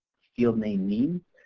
field name means,